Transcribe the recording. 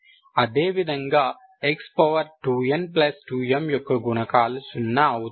అదేవిధంగా x2n2m యొక్క గుణకాలు 0 అవుతాయి